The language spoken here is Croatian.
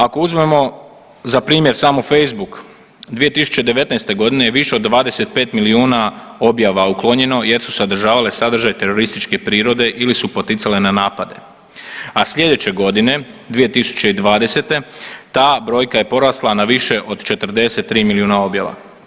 Ako uzmemo za primjer samo Facebook 2019.g. je više od 25 milijuna objava uklonjeno jer su sadržavale sadržaje terorističke prirode ili su poticale na napade, a sljedeće godine 2020. ta brojka je porasla na više od 43 milijuna objava.